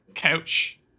couch